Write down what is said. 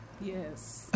yes